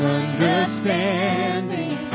understanding